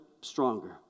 stronger